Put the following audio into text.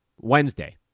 Wednesday